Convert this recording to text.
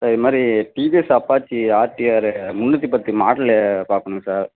sir இது மாதிரி TVS Apache RTR முந்நூற்றி பத்து மாடலு பார்க்கணும் சார்